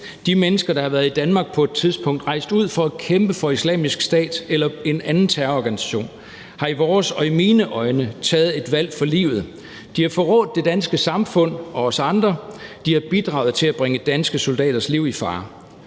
De mennesker, der har været i Danmark på et tidspunkt og er rejst ud for at kæmpe for Islamisk Stat eller en anden terrororganisation, har i vores og i mine øjne taget et valg for livet. De har forrådt det danske samfund og os andre; de har bidraget til at bringe danske soldaters liv i fare.